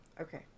Okay